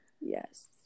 yes